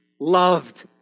loved